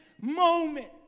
moment